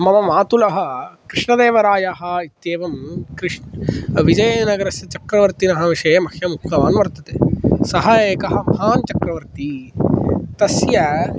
मम मातुलः कृष्णदेवरायः इत्येवं कृष् विजयनगरस्य चक्रवर्तिनः विषये मह्यम् उक्तवान् वर्तते सः एकः महान् चक्रवर्तिः तस्य